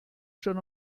schon